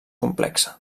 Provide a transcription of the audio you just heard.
complexa